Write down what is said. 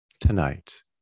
tonight